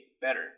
better